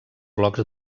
blocs